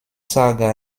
saga